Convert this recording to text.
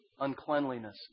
uncleanliness